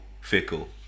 fickle